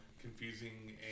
Confusing